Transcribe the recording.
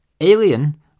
Alien